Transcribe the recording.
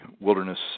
Wilderness